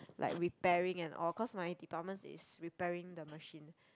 like repairing and all cause my department is repairing the machine